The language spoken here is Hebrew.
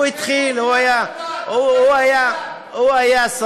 הוא התחיל, הוא היה, איפה גלעד ארדן?